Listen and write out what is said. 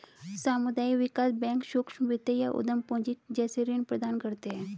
सामुदायिक विकास बैंक सूक्ष्म वित्त या उद्धम पूँजी जैसे ऋण प्रदान करते है